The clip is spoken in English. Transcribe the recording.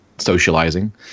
socializing